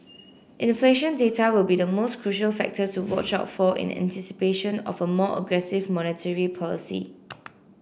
inflation data will be the most crucial factor to watch out for in anticipation of a more aggressive monetary policy